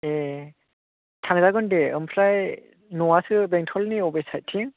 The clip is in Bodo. ए थांजागोन दे ओमफ्राय न'आसो बेंथलनि अबे साइडथिं